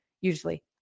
Usually